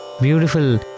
Beautiful